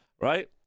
right